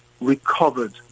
recovered